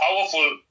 powerful